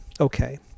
Okay